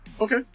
Okay